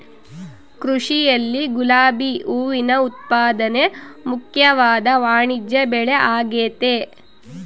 ಕೃಷಿಯಲ್ಲಿ ಗುಲಾಬಿ ಹೂವಿನ ಉತ್ಪಾದನೆ ಮುಖ್ಯವಾದ ವಾಣಿಜ್ಯಬೆಳೆಆಗೆತೆ